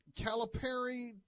Calipari